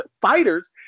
fighters